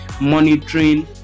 monitoring